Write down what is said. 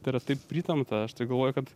tai yra taip pritempta aš tai galvoju kad